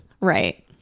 Right